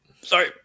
Sorry